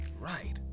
right